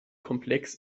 komplex